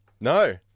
No